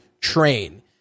train